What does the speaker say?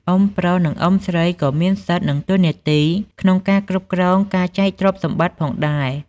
អ៊ុំប្រុស និងអ៊ុំស្រីក៏មានសិទ្ធ និងតួនាទីក្នុងការគ្រប់គ្រងការចែកទ្រព្យសម្បត្តិផងដែរ។